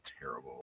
terrible